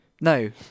No